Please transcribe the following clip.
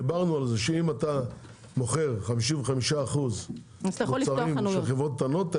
דיברנו על זה שאם אתה מוכר כ-55% מוצרים של חברות קטנות,